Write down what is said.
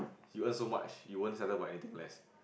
you earn so much you won't settle for anything less